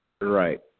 Right